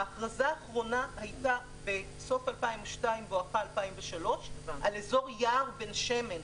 ההכרזה האחרונה הייתה בסוף 2002 על אזור יער בן שמן,